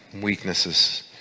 weaknesses